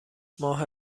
ماه